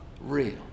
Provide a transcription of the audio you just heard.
real